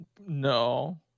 no